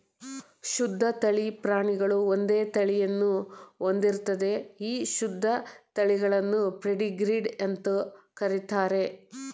ಶುದ್ಧ ತಳಿ ಪ್ರಾಣಿಗಳು ಒಂದೇ ತಳಿಯನ್ನು ಹೊಂದಿರ್ತದೆ ಈ ಶುದ್ಧ ತಳಿಗಳನ್ನು ಪೆಡಿಗ್ರೀಡ್ ಅಂತ ಕರೀತಾರೆ